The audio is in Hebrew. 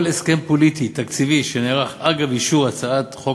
כל הסכם פוליטי תקציבי שנערך אגב אישור הצעת חוק